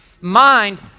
mind